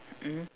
mmhmm